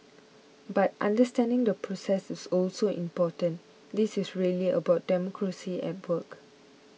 but understanding the process is also important this is really about democracy at work